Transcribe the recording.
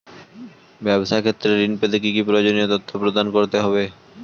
ব্যাবসা ক্ষেত্রে ঋণ পেতে কি কি প্রয়োজনীয় তথ্য প্রদান করতে হবে?